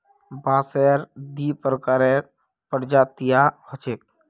बांसेर दी प्रकारेर प्रजातियां ह छेक